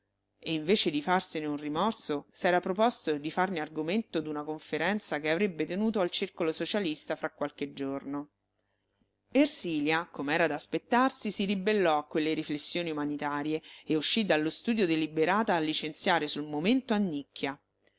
e invece di farsene un rimorso s'era proposto di farne argomento d'una conferenza che avrebbe tenuto al circolo socialista fra qualche giorno ersilia com'era da aspettarsi si ribellò a quelle riflessioni umanitarie e uscì dallo studio deliberata a licenziare sul momento annicchia